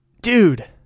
Dude